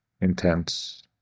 intense